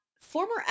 former